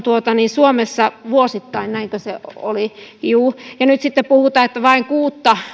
suomessa vuosittain näinkö se oli juu ja nyt sitten puhutaan että vain kuutta